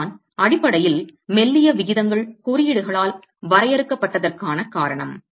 அதுதான் அடிப்படையில் மெல்லிய விகிதங்கள் குறியீடுகளால் வரையறுக்கப்பட்டதற்கான காரணம்